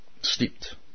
steeped